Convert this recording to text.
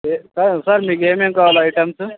sir sir మీకేమేమి కావాలి items